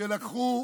לקחו